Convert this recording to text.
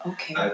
Okay